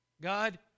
God